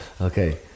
Okay